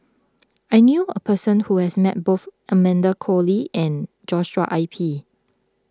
I knew a person who has met both Amanda Koe Lee and Joshua I P